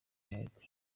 amerika